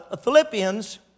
Philippians